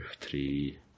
three